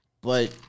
But-